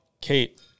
Kate